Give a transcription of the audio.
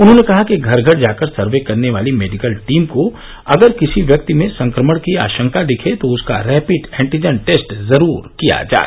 उन्होंने कहा कि घर घर जाकर सर्वे करने वाली मेडिकल टीम को अगर किसी व्यक्ति में संक्रमण की आशंका दिखे तो उसका रैपिड एन्टीजन टेस्ट जरूर किया जाए